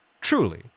truly